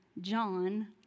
John